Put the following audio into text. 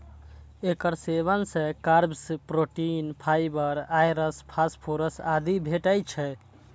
एकर सेवन सं carbs, protein, fibre, iron, phosphorus आदि भेटै छै